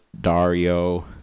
Dario